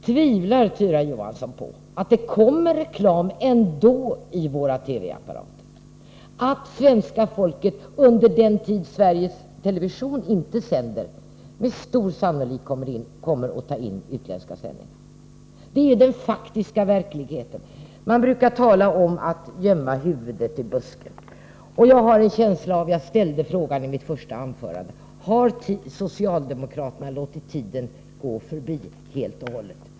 Tvivlar Tyra Johansson på att det kommer reklam i våra TV-apparater även om den inte förmedlas via svensk TV, tvivlar hon på att svenska folket, under den tid Sveriges Television inte sänder, med stor sannolikhet kommer att ta in utländska sändningar? Det kommer att vara den faktiska verkligheten. Man brukar tala om att gömma huvudet i busken. Och det verkar som om det är vad ni gör. Jag ställde i mitt första anförande frågan: Har socialdemokraterna låtit tiden gå förbi helt och hållet?